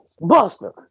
Buster